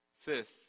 fifth